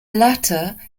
latter